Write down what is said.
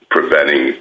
preventing